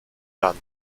land